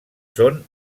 són